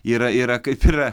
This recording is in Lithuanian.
yra yra kaip yra